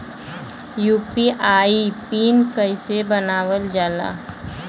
UPI PIN कइसे बनावल जाला?